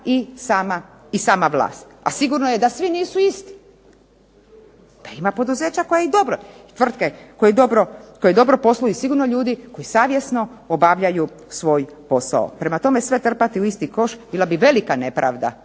i sama vlas. A sigurno da nisu svi isti, da ima poduzeća koja dobro i tvrtke koji dobro posluju i sigurno ljudi koji savjesno obavljaju svoj posao. Prema tome, trpati sve u isti koš bila bi velika nepravda